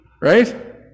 Right